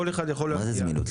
כל אחד יכול --- מה זה זמינות?